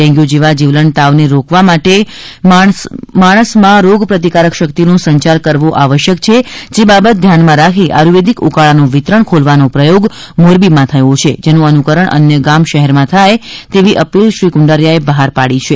dengue જેવા જીવલેણ તાવને રોકવા માટે માણસમાં રોગપ્રતિકારક શક્તિનો સંચાર કરવો આવશ્યક છે જે બાબત ધ્યાનમાં રાખી આર્યુવેદિક ઊકાળાનું વિતરણ ખોલવાનો પ્રથોગ મોરબીમાં થયો છે જેનું અનુકરણ અન્ય ગામશહેરમાં થાય તેવી અપીલ શ્રી કુંડારીયાએ બહાર પાડી છે